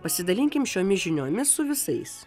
pasidalinkim šiomis žiniomis su visais